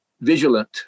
vigilant